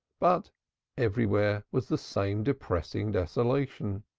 but everywhere was the same depressing desolation.